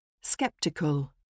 Skeptical